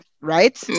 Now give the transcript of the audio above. right